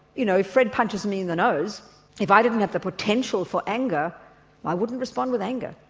you know, if fred punches me in the nose if i didn't have the potential for anger i wouldn't respond with anger,